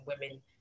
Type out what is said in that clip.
women